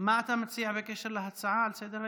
מה אתה מציע בקשר להצעה לסדר-היום?